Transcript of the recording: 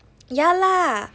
ya lah